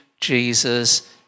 Jesus